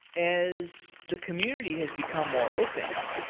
as the community has become more open,